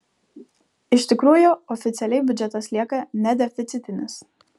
iš tikrųjų oficialiai biudžetas lieka nedeficitinis